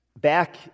Back